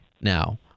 now